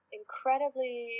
incredibly